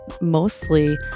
mostly